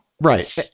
Right